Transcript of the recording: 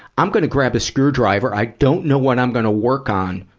i'm gonna grab a screwdriver. i don't know what i'm gonna work on,